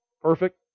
Perfect